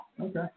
Okay